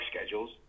schedules